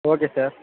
okay sir